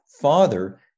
father